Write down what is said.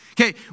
Okay